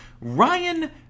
Ryan